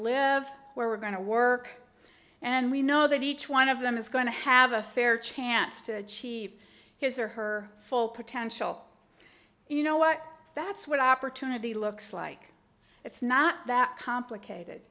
live where we're going to work and we know that each one of them is going to have a fair chance to achieve his or her full potential you know what that's what opportunity looks like it's not that complicated